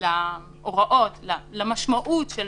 למשמעות של